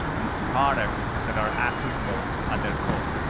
and products that are accessible at their core.